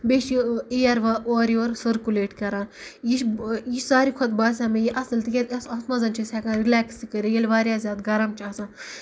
بیٚیہِ چھُ اِیر اورٕ یور سٔرکُلیٹ کران یہِ چھُ یہِ چھُ ساروی کھۄتہٕ باسان مےٚ یہِ اَصٕل ییٚلہِ تِکیازِ اَتھ منٛز چھِ أسۍ ہیٚکان رِلیکٕس تہِ کٔرِتھ ییٚلہِ واریاہ زیادٕ گَرُم چھُ آسان